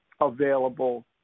available